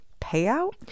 payout